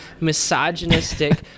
misogynistic